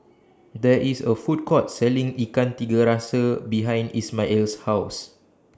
There IS A Food Court Selling Ikan Tiga Rasa behind Ismael's House